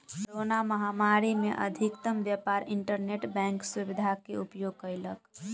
corona महामारी में अधिकतम व्यापार इंटरनेट बैंक सुविधा के उपयोग कयलक